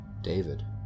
David